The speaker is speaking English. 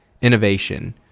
innovation